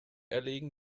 erlegen